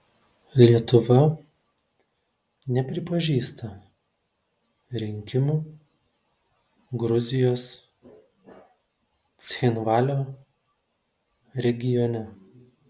lietuva nepripažįsta rinkimų gruzijos cchinvalio regione